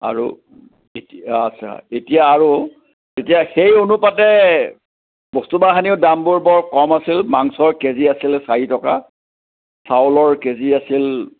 আৰু এতিয়া আচ্ছা এতিয়া আৰু এতিয়া সেই অনুপাতে বস্তু বাহানিও দামবোৰ বৰ কম আছিল মাংসৰ কেজি আছিলে চাৰি টকা চাউলৰ কেজি আছিল